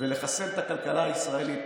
ולחסל את הכלכלה הישראלית,